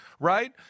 right